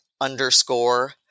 underscore